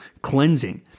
cleansing